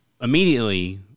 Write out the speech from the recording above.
immediately